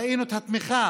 ראינו את התמיכה,